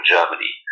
Germany